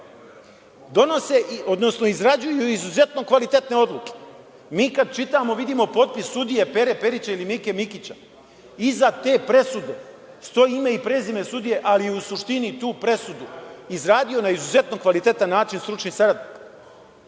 Donose, odnosno izrađuju izuzetno kvalitetne odluke. Mi kad čitamo vidimo potpis sudije Pere Perića ili Mike Mikića, iza te presude stoji ime i prezime sudije, ali u suštini tu presudu izradio na izuzetno kvalitetan način stručni saradnik. To